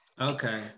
Okay